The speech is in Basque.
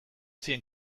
zien